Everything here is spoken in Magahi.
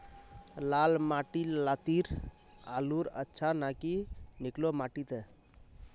लाल माटी लात्तिर आलूर अच्छा ना की निकलो माटी त?